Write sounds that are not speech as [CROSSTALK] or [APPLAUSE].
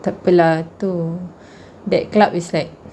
tak apa lah tu [BREATH] that club is like